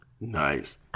Nice